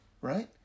Right